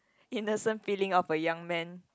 innocent feeling of a young man